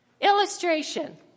Illustration